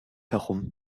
herum